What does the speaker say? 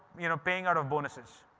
you know, paying out of bonuses,